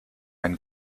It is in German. einen